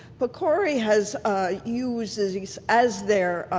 but pcori has ah used as used as their